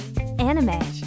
Anime